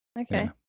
Okay